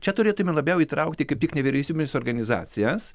čia turėtumėm labiau įtraukti kaip tik nevyriausybines organizacijas